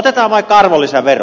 otetaan vaikka arvonlisävero